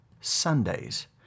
Sundays